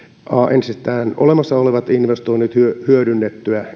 ensin olemassa olevat investoinnit hyödynnettyä